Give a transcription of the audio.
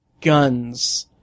guns